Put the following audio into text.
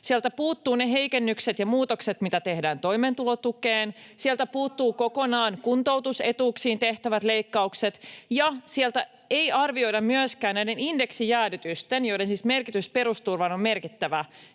sieltä puuttuvat ne heikennykset ja muutokset, mitä tehdään toimeentulotukeen, [Krista Kiuru: Ja se koski vain vuotta 24!] sieltä puuttuvat kokonaan kuntoutusetuuksiin tehtävät leikkaukset ja siellä ei arvioida myöskään näiden indeksijäädytysten, siis joiden vaikutus perusturvaan on merkittävä,